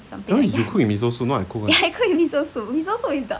that one is you cook in soup not I cook one